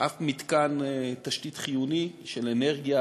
אף מתקן תשתית חיוני של אנרגיה,